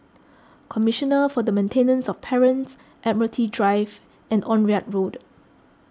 Commissioner for the Maintenance of Parents Admiralty Drive and Onraet Road